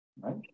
right